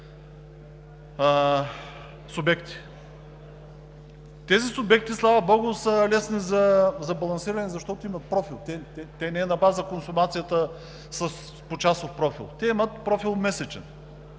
Тези субекти, слава богу, са лесни за балансиране, защото имат профил, те не са на база на консумацията с почасов профил. Те имат месечен